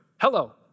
Hello